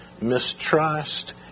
mistrust